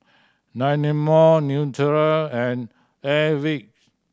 Dynamo Naturel and Airwick